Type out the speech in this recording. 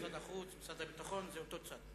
משרד החוץ, משרד הביטחון, זה אותו צד.